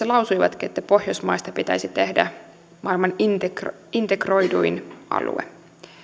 lausuivatkin että pohjoismaista pitäisi tehdä maailman integroiduin integroiduin alue